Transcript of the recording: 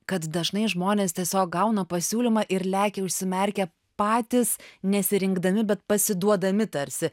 kad dažnai žmonės tiesiog gauna pasiūlymą ir lekia užsimerkę patys nesirinkdami bet pasiduodami tarsi